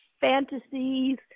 fantasies